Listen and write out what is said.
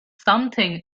something